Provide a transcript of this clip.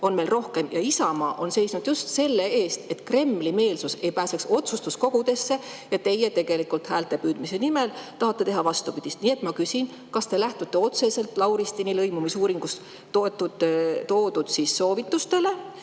on meil rohkem. Isamaa on seisnud just selle eest, et Kremli-meelsus ei pääseks otsustuskogudesse. Teie tegelikult häälte püüdmise nimel tahate teha vastupidist. Nii et ma küsin, kas te lähtute otseselt Lauristini lõimumisuuringus toodud soovitustest